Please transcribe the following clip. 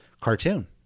cartoon